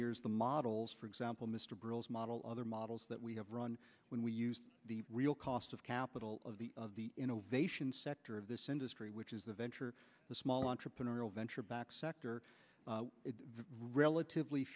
years the models for example mr brill's model other models that we have run when we use the real cost of capital of the of the innovation sector of this industry which is the venture the small entrepreneurial venture backed sector it relatively